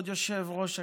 כבוד יושבת-ראש הכנסת,